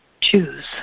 Choose